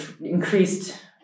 increased